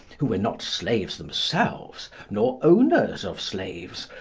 who were not slaves themselves, nor owners of slaves,